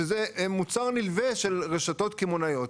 כשזה מוצר נלווה של רשתות קמעונאיות.